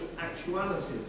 actualities